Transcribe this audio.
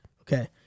Okay